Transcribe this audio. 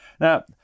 Now